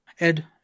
Ed